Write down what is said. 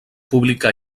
publicà